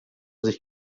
sich